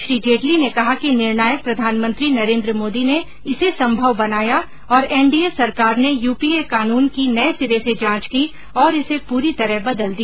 श्री जेटली ने कहा कि निर्णायक प्रधानमंत्री नरेन्द्र मोदी ने इसे संभव बनाया और एनडीए सरकार ने यूपीए कानून की नए सिरे से जांच की और इसे पूरी तरह बदल दिया